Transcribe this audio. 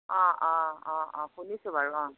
অঁ অঁ অঁ অঁ শুনিছোঁ বাৰু অঁ